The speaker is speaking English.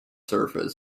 surface